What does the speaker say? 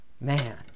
man